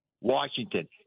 Washington